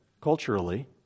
culturally